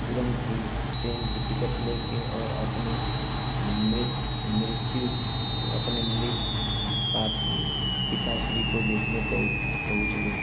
तुरन्त ही ट्रेन का टिकट लेकर और अपने मृत मृत्यु अपने मृत बाप पिताश्री को देखने पहुँ पहुँच गए